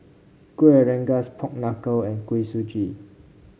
Kueh Rengas Pork Knuckle and Kuih Suji